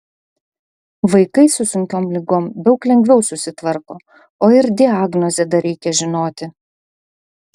vaikai su sunkiom ligom daug lengviau susitvarko o ir diagnozę dar reikia žinoti